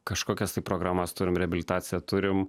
kažkokias tai programas turim reabilitaciją turim